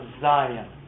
Zion